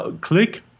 click